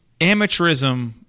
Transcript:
amateurism